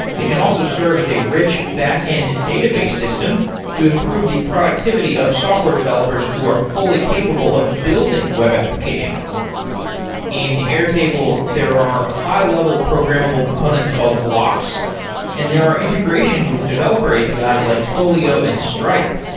it can also serve as a rich back-end database system to improve the productivity of software developers, who are fully capable of building web applications in airtable, there are high-level programmable components called blocks and there are integrations with developer api's, like twilio and stripe.